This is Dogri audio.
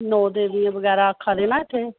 नौ देवियां बगैरा आखा दे न इत्थे